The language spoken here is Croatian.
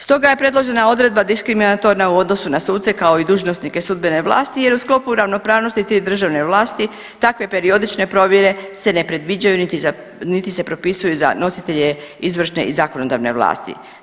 Stoga je predložena odredba diskriminatorna u odnosu na suce kao i dužnosnike sudbene vlasti jer u sklopu ravnopravnosti tri državne vlasti takve periodične provjere se predviđaju niti se propisuju za nositelje izvršne i zakonodavne vlasti.